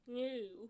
new